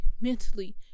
mentally